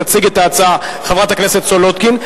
תציג את ההצעה חברת הכנסת סולודקין.